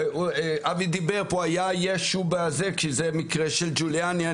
אבי דיבר פה היה ישו בזה שזה מקרה של ג'וליאני,